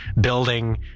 building